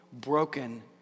broken